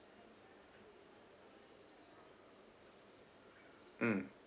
mm